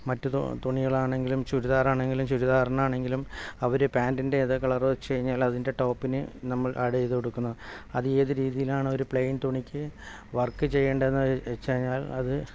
മറ്റ് തുണികളാണെങ്കിലും ചുരിദാറാണെങ്കിലും ചുരിദാറിനാണെങ്കിലും അവർ പാൻറ്റിൻ്റെ ഏത് കളർ വെച്ച് കഴിഞ്ഞാൽ അതിൻ്റെ ടോപ്പിന് നമ്മൾ ആഡ് ചെയ്തു കൊടുക്കണം അത് ഏത് രീതിയിലാണോ ഒരു പ്ലെയിൻ തുണിക്ക് വർക്ക് ചെയ്യേണ്ടതെന്ന് വെച്ച് കഴിഞ്ഞാൽ അത്